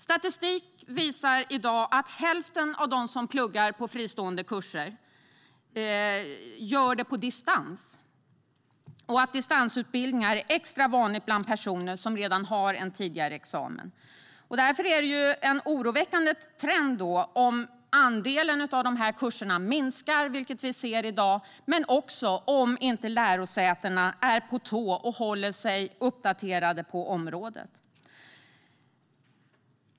Statistiken visar i dag att hälften av dem som pluggar fristående kurser studerar på distans och att distansutbildningar är extra vanligt bland personer som har en tidigare examen. Därför är det en oroväckande trend om andelen fristående kurser minskar, vilket vi kan se i dag. Men lärosätena måste också hålla sig framme och hålla sig uppdaterade på området.